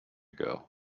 girl